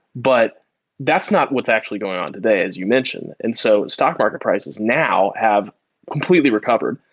but that's not what's actually going on today as you mentioned. and so stock market prices now have completely recovered.